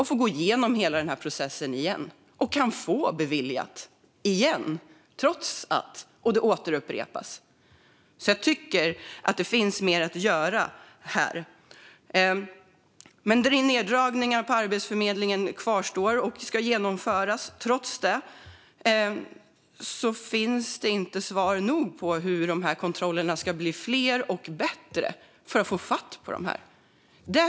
Man får gå igenom hela processen igen, kan få beviljat igen och kan återupprepa det. Jag tycker att det finns mer att göra här. Men då neddragningarna på Arbetsförmedlingen trots det kvarstår och ska genomföras finns det inte svar nog på hur kontrollerna ska bli fler och bättre för att få fatt på de här företagen.